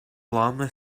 llama